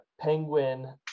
Penguin